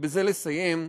ובזה לסיים,